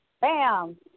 bam